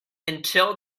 until